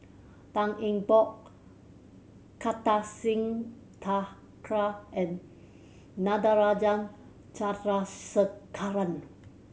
Tan Eng Bock Kartar Singh Thakral and Natarajan Chandrasekaran